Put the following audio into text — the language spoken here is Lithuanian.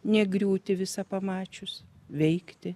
negriūti visa pamačius veikti